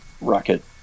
rocket